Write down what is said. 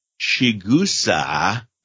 Shigusa